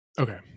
Okay